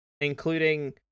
Including